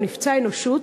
הוא נפצע אנושות.